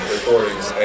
Recordings